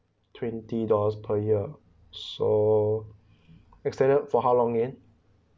twenty dollars per year so extended for how long year